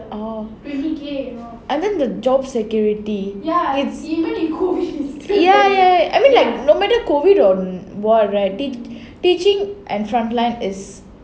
orh and then the job security it's ya ya no matter COVID or [what] right they teaching and front line is